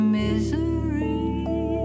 misery